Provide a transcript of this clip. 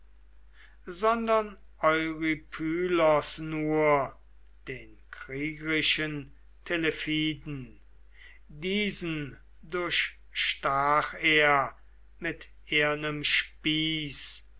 sondern eurypylos nur den kriegrischen telephiden diesen durchstach er mit ehernem spieß